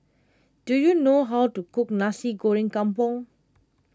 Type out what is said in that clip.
do you know how to cook Nasi Goreng Kampung